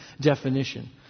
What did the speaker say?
definition